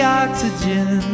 oxygen